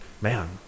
Man